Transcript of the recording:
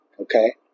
okay